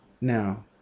now